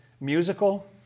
musical